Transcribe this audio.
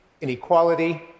inequality